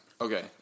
Okay